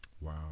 wow